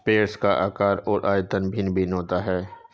sprayer का आकार और आयतन भिन्न भिन्न होता है